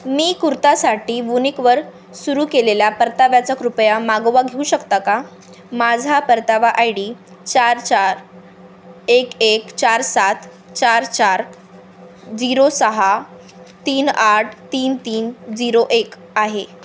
मी कुर्तासाठी वुनिकवर सुरू केलेल्या परताव्याचा कृपया मागोवा घेऊ शकता का माझा परतावा आय डी चार चार एक एक चार सात चार चार झिरो सहा तीन आठ तीन तीन झिरो एक आहे